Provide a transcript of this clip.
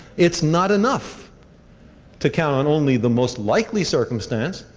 it's not enough to count on only the most likely circumstance.